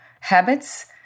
habits